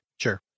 Sure